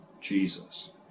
Jesus